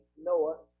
Noah